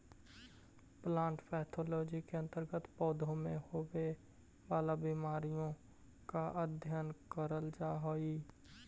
plant pathology के अंतर्गत पौधों में होवे वाला बीमारियों का अध्ययन करल जा हई